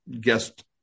guest